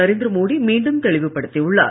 நரேந்திர மோடி மீண்டும் தெளிவுப்படுத்தியுள்ளார்